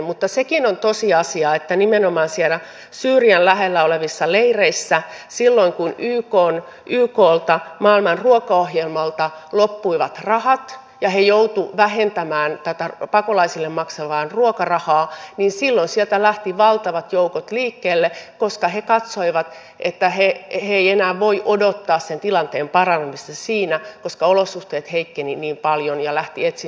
mutta sekin on tosiasia että nimenomaan sieltä syyrian lähellä olevilta leireiltä silloin kun ykn maailman ruokaohjelmalta loppuivat rahat ja he joutuivat vähentämään tätä pakolaisille maksettavaa ruokarahaa lähti valtavat joukot liikkeelle koska he katsoivat että he eivät enää voi odottaa sen tilanteen paranemista koska olosuhteet heikkenivät niin paljon ja he lähtivät etsimään muualta apua